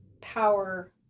power